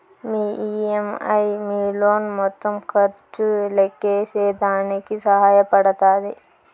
మీ EMI మీ loan మొత్తం ఖర్చు లెక్కేసేదానికి సహాయ పడతాది